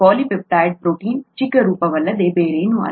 polypeptide ಪ್ರೋಟೀನ್ನ ಚಿಕ್ಕ ರೂಪವಲ್ಲದೆ ಬೇರೇನೂ ಅಲ್ಲ